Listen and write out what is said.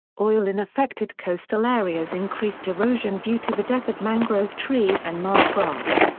oil in affected coastal areas increased erosion due to the death of mangrove trees and marsh grass.